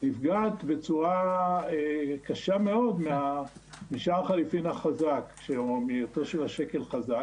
נפגעת בצורה קשה מאוד משער החליפין החזק או מהיותו של שקל חזק,